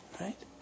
right